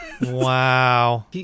Wow